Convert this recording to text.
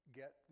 get